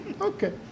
Okay